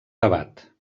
debat